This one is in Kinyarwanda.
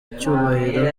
icyubahiro